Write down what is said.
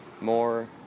more